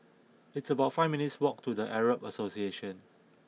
it's about five minutes' walk to The Arab Association